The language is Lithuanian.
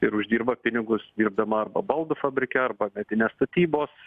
ir uždirba pinigus dirbdama arba baldų fabrike arba medinės statybos